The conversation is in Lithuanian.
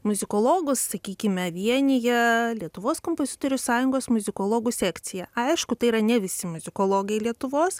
muzikologus sakykime vienija lietuvos kompozitorių sąjungos muzikologų sekcija aišku tai yra ne visi muzikologai lietuvos